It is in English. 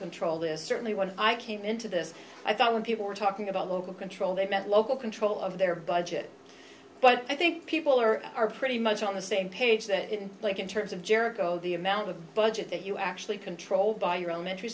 control is certainly one i came into this i thought when people were talking about local control they meant local control of their budget but i think people are are pretty much on the same page that if you like in terms of jericho the amount of budget that you actually controlled by your own int